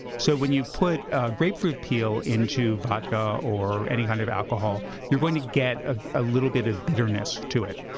so when you put a grapefruit peel into vodka or any kind of alcohol, you're going to get ah a little bit of bitterness to it.